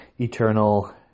eternal